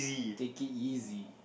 take it easy